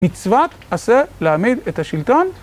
מצוות עשה להעמיד את השלטון